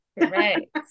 Right